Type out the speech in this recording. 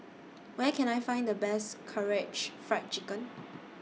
Where Can I Find The Best Karaage Fried Chicken